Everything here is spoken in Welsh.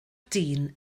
dyn